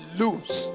lose